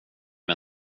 mig